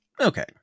Okay